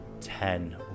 Ten